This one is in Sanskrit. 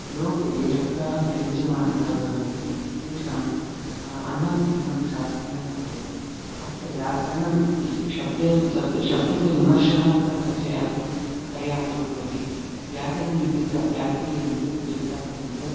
लोके ये शब्दाः प्रयुज्यमानाः भवन्ति तेषां अन्वाख्यानां शास्त्रेण क्रियते आहत्य व्याकरणम् इति शब्देन शब्दः शब्दस्य विमर्शः अत्र परिचयार्थं पर्याप्तो भवति व्याकरणम् इत्यत्र व्याक्रियन्ते व्युत्पाद्यन्ते